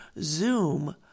Zoom